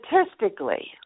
statistically